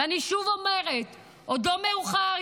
ואני שוב אומרת: עוד לא מאוחר,